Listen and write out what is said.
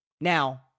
Now